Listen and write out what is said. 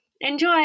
Enjoy